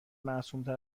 معصومتر